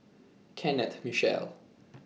Kenneth Mitchell